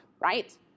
right